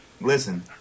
listen